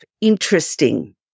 interesting